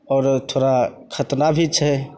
आओर थोड़ा खतरा भी छै